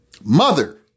Mother